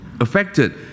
affected